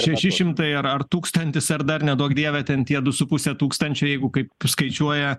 šeši šimtai ar ar tūkstantis ar dar neduok dieve ten tie du su puse tūkstančio jeigu kaip skaičiuoja